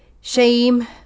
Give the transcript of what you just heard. shame